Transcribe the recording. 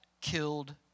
killed